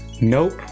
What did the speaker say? Nope